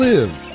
Live